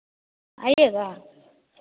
आइएगा